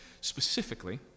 Specifically